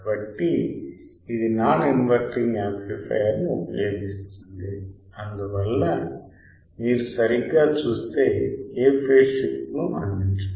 కాబట్టి ఇది non inverting యాంప్లిఫయర్ను ఉపయోగిస్తుంది అందువల్ల మీరు సరిగ్గా చూస్తే ఏ ఫేజ్ షిఫ్ట్ ను అందించదు